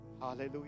Hallelujah